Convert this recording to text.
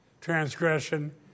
transgression